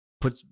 put